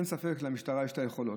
אין ספק שלמשטרה יש את היכולות,